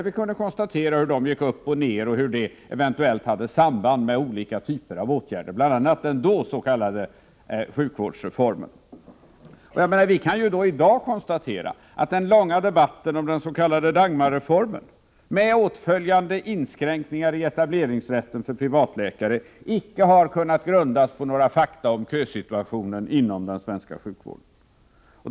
Vi kunde då konstatera hur de gick upp och ned och eventuellt hade samband med olika typer av åtgärder, bl.a. den då aktuella s.k. sjukvårdsreformen. Vi kan i dag konstatera att den långa debatten om den s.k. Dagmarreformen, med åtföljande inskränkningar i etableringsrätten för privatläkare, icke har kunnat grundas på några fakta om kösituationen inom den svenska sjukvården.